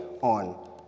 on